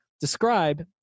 Describe